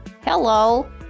hello